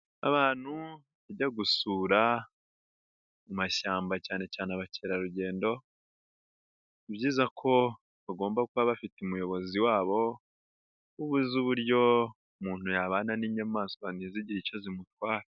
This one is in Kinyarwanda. Abantu bajya gusura mashyamba cyane cyane abakerarugendo, ni byiza ko bagomba kuba bafite umuyobozi wabo ,uba uzi uburyo umuntu yabana n'inyamaswa ntizigire icyo zimutwara.